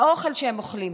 האוכל שהם אוכלים,